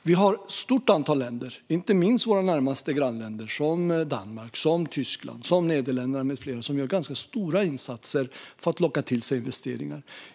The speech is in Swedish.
Vi har ett stort antal länder - inte minst våra närmaste grannländer som Danmark, Tyskland, Nederländerna med flera - som gör ganska stora insatser för att locka till sig investeringar.